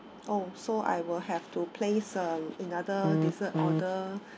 oh so I will have to place uh another dessert order